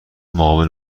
مقابل